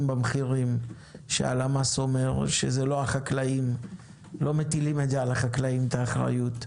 במחירים שהלמ"ס אומר שלא מטילים על החקלאים את האחריות.